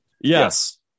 Yes